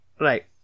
Right